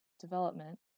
development